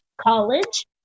college